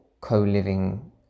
co-living